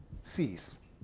cease